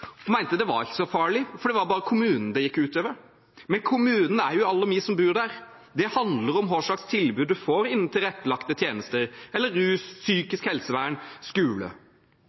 ikke var så farlig, for det var bare kommunen det gikk ut over. Men kommunen er jo alle vi som bor der. Det handler om hva slags tilbud man får innen tilrettelagte tjenester, eller rus, psykisk helsevern eller skole.